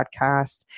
podcast